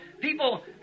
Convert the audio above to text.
People